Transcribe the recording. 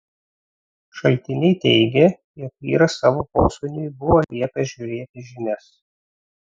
šaltiniai teigė jog vyras savo posūniui buvo liepęs žiūrėti žinias